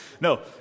No